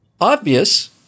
obvious